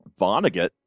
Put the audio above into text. Vonnegut